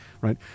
right